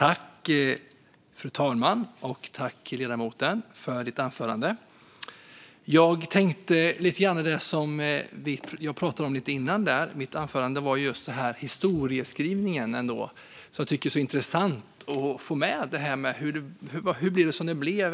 Fru talman! Tack, ledamoten, för anförandet! Jag tänkte på det jag pratade om i mitt anförande, nämligen historieskrivningen. Jag tycker att det är så intressant att få med hur det blev som det blev.